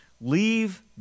leave